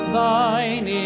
Thine